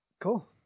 Cool